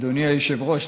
שאדוני היושב-ראש,